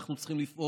אנחנו צריכים לפעול.